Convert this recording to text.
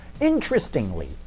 Interestingly